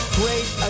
great